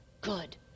good